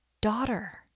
daughter